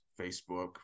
Facebook